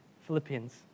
Philippians